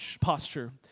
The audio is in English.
posture